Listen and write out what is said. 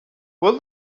will